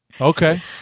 Okay